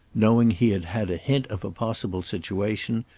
knowing he had had a hint of a possible situation,